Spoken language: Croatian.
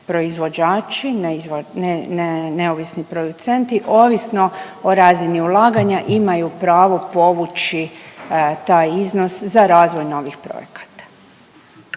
proizvođača, neovisni producenti ovisno o razini ulaganja imaju pravo povući taj iznos za razvoj novih projekata.